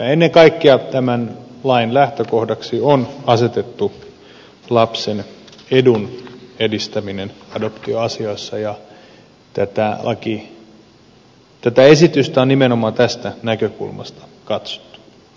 ennen kaikkea tämän lain lähtökohdaksi on asetettu lapsen edun edistäminen adoptioasioissa ja tätä esitystä on nimenomaan tästä näkökulmasta katsottu